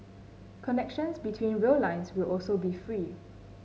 connections between rail lines will also be free